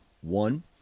one